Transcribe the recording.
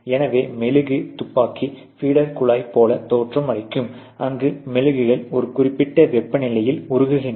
எனவே மெழுகு துப்பாக்கி ஃபீடர் குழாய் போல தோற்றம் அளிக்கும் அங்கு மெழுகுகள் ஒரு குறிப்பிட்ட வெப்பநிலையில் உருகின